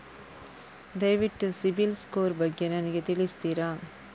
ದಯವಿಟ್ಟು ಸಿಬಿಲ್ ಸ್ಕೋರ್ ಬಗ್ಗೆ ನನಗೆ ತಿಳಿಸ್ತಿರಾ?